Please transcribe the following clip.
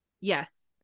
Yes